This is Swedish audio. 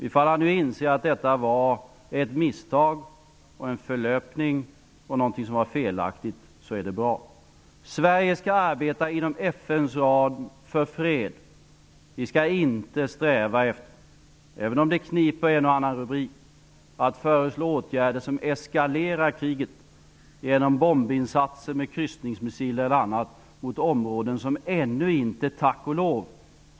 Ifall han nu inser att detta var ett misstag och en förlöpning och någonting som var felaktigt, så är det bra. Sverige skall arbeta inom FN:s ram för fred. Vi skall inte sträva efter, även om det kniper en och annan rubrik, att föreslå åtgärder som eskalerar kriget, genom bombinsatser med kryssningsmissiler eller annat, mot områden som ännu inte -- tack-och-lov!